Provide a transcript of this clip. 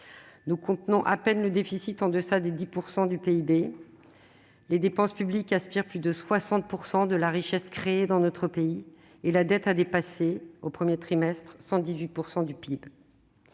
nous contenons à peine le déficit en deçà des 10 % du PIB, les dépenses publiques aspirent plus de 60 % de la richesse créée dans notre pays et la dette a dépassé, au premier trimestre, 118 % du PIB.